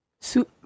Su